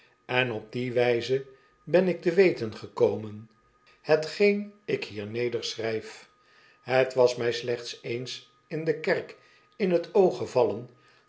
en op die wijze ben ik te weten gekomen t geen ik hier nederschrijf het was mij slechts eens in de kerk in t oog gevallen